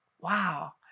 wow